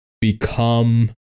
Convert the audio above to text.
become